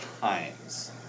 times